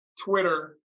Twitter